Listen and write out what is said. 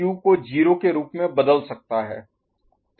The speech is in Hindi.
इसलिए यहाँ Q को 0 के रूप में बदल सकता है